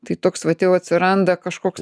tai toks vat jau atsiranda kažkoks